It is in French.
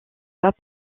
pas